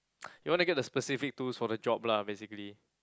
you want to get the specific tools for the job lah basically